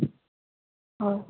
ꯍꯣꯏ